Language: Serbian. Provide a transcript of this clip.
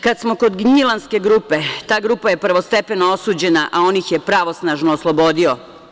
Kad smo kod gnjilanske grupe, ta grupa je prvostepeno osuđena, a on ih je pravosnažno oslobodio.